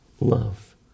love